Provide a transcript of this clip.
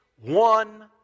one